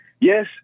Yes